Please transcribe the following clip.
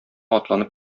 атланып